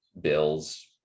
bills